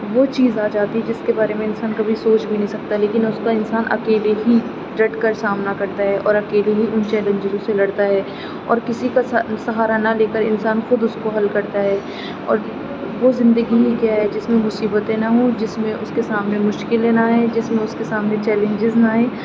وہ چیز آ جاتی ہے جس کے بارے میں انسان کبھی سوچ بھی نہیں سکتا لیکن اس کا انسان اکیلے ہی ڈٹ کر سامنا کرتا ہے اور اکیلے ہی ان چیلنجزوں سے لڑتا ہے اور کسی کا سہارا نہ لے کر انسان خود اس کو حل کرتا ہے اور وہ زندگی ہی کیا ہے جس میں مصیبتیں نہ ہوں اور جس میں اس کے سامنے مشکلیں نہ آئیں جس میں اس کے سامنے چیلنجز نہ آئیں